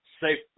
Safe